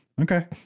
Okay